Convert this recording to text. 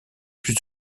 plus